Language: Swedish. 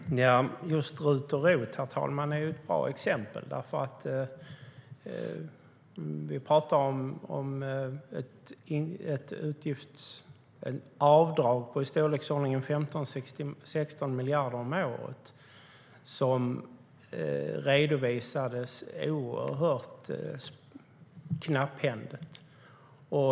STYLEREF Kantrubrik \* MERGEFORMAT Skatt, tull och exekutionHerr talman! Just RUT och ROT är bra exempel eftersom vi talar om ett avdrag i storleksordningen 15-16 miljarder om året som redovisades oerhört knapphändigt.